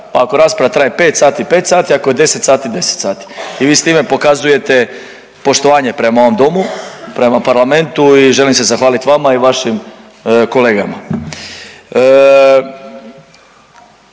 Ako rasprava traje 5 sati, 5 sati, ako je 10 sati, 10 sati. I vi s time pokazujete poštovanje prema ovom Domu, prema parlamentu i želim se zahvaliti vama i vašim kolegama.